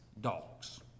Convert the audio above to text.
dogs